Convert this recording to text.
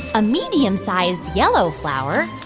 a medium-sized yellow flower.